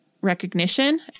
recognition